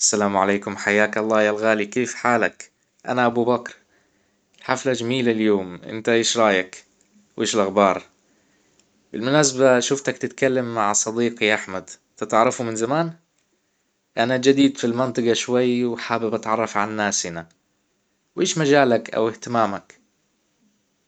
السلام عليكم حياك الله يا الغالي كيف حالك؟ انا ابو بكر حفلة جميلة اليوم انت ايش رأيك؟ وايش الاخبار؟ بالمناسبة شفتك تتكلم مع صديقي احمد انت تعرفه من زمان؟ انا جديد في المنطقة شوي وحابب اتعرف على الناس هنا وايش مجال لك او اهتمامك؟